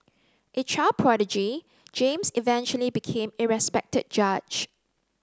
a child prodigy James eventually became a respected judge